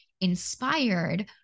inspired